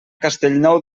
castellnou